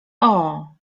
ooo